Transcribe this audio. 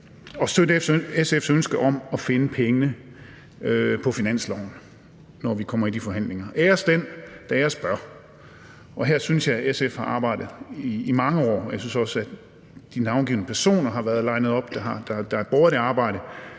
og støtte SF's ønske om at finde pengene på finansloven, når vi kommer i de forhandlinger. Æres den, der æres bør. Og det her synes jeg at SF har arbejdet for i mange år, og de navngivne personer har også været linet op, altså de personer, der har båret